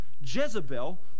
Jezebel